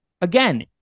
again